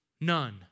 None